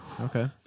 okay